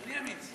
אני אמיץ.